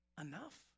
enough